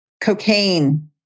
cocaine